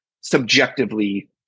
subjectively